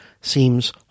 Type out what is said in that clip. seems